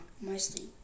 Mostly